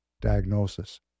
diagnosis